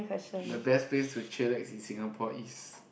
the best place to chillax in Singapore is